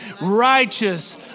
righteous